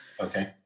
Okay